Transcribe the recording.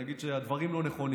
אני אגיד שהדברים לא נכונים,